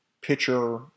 pitcher